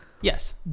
Yes